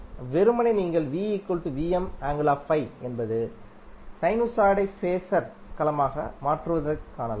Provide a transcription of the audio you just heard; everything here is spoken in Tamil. எனவே வெறுமனே நீங்கள் என்பது சைனுசாய்டை ஃபேஸர் களமாக மாற்றுவதைக்காணலாம்